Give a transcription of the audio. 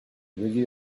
review